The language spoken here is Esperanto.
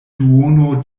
duono